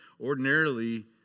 Ordinarily